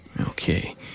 Okay